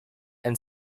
and